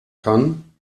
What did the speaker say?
kann